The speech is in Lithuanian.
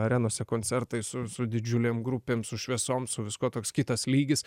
arenose koncertai su su didžiulėm grupėm su šviesom su viskuo toks kitas lygis